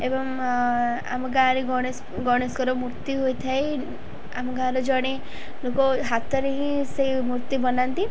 ଏବଂ ଆମ ଗାଁରେ ଗଣେଶ ଗଣେଶଙ୍କର ମୂର୍ତ୍ତି ହୋଇଥାଏ ଆମ ଗାଁର ଜଣେ ଲୋକ ହାତରେ ହିଁ ସେଇ ମୂର୍ତ୍ତି ବନାନ୍ତି